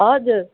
हजुर